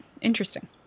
Interesting